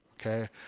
okay